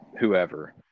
whoever